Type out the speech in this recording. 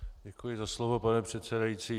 Děkuji za slovo, pane předsedající.